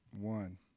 One